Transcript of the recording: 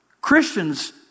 Christians